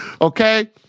Okay